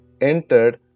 entered